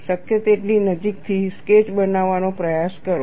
શક્ય તેટલી નજીકથી સ્કેચ બનાવવાનો પ્રયાસ કરો